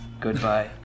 goodbye